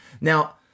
Now